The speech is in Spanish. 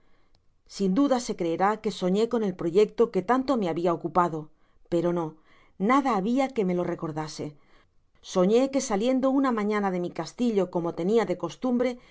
sin duda se creerá que soñé con el proyecto que tanto mehabia ocupado pero no nada habia que me lo recordase soñé que saliendo una mañana de mi castillo como tenia de costumbre